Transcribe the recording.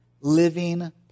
Living